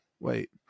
Wait